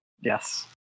Yes